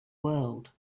world